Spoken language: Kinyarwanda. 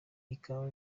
ikawa